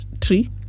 three